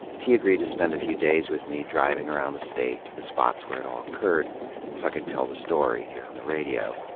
she agreed to spend a few days with me driving around the state to the spots where it all occurred so i could tell the story here on the radio.